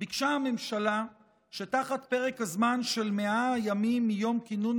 ביקשה הממשלה שתחת פרק הזמן של 100 הימים מיום כינון